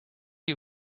you